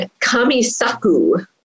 Kamisaku